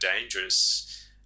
dangerous